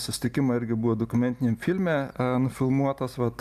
susitikimą irgi buvo dokumentiniam filme nufilmuotas vat